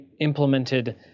implemented